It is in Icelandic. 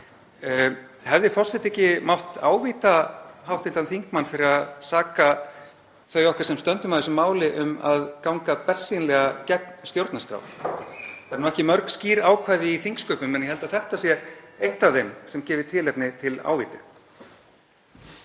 hefði forseti ekki mátt ávíta hv. þingmann fyrir að saka þau okkar sem stöndum að þessu máli um að ganga bersýnilega gegn stjórnarskrá? Það eru ekki mörg skýr ákvæði í þingsköpum en ég held að þetta sé eitt af þeim sem gefi tilefni til ávítna.